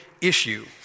issue